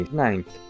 ninth